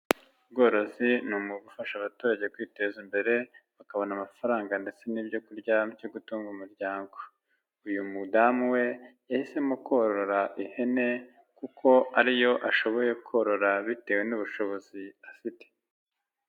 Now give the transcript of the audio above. Ubworozi ni ugufasha abaturage kwiteza imbere bakabona amafaranga ndetse n'ibyo kurya byo gutunga umuryango. Uyu mudamu we yahisemo korora ihene kuko ariyo ashoboye korora bitewe n'ubushobozi afite.